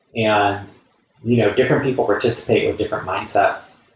yeah you know different people participate with different mindsets.